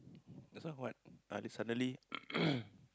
that's why what ah then suddenly